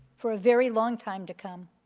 for a very long time to come.